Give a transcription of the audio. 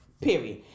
period